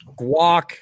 guac